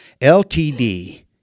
LTD